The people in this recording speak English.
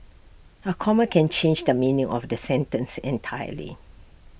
A comma can change the meaning of A sentence entirely